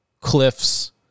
Cliffs